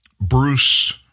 Bruce